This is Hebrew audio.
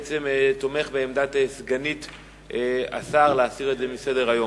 בעצם תומך בעמדת סגנית השר להסיר את זה מסדר-היום.